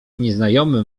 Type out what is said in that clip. nieznajomy